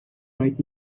right